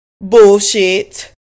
Bullshit